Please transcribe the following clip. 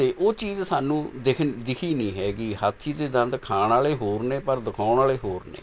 ਅਤੇ ਉਹ ਚੀਜ਼ ਸਾਨੂੰ ਦਿਖ ਦਿਖੀ ਨਹੀਂ ਹੈਗੀ ਹਾਥੀ ਦੇ ਦੰਦ ਖਾਣ ਵਾਲ਼ੇ ਹੋਰ ਨੇ ਪਰ ਦਿਖਾਉਣ ਵਾਲ਼ੇ ਹੋਰ ਨੇ